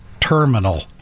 Terminal